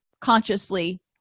consciously